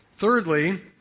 Thirdly